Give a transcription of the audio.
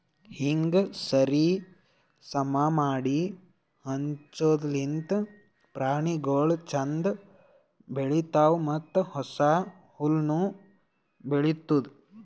ಹೀಂಗ್ ಸರಿ ಸಮಾ ಮಾಡಿ ಹಂಚದಿರ್ಲಿಂತ್ ಪ್ರಾಣಿಗೊಳ್ ಛಂದ್ ಬೆಳಿತಾವ್ ಮತ್ತ ಹೊಸ ಹುಲ್ಲುನು ಬೆಳಿತ್ತುದ್